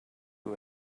who